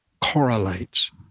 correlates